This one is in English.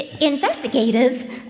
Investigators